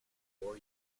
four